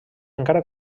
encara